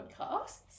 podcasts